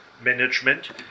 management